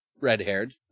red-haired